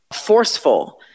forceful